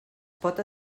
pot